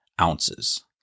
ounces